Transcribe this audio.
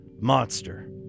Monster